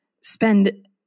spend